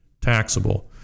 taxable